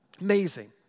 Amazing